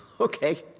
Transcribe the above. Okay